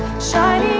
shine